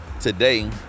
today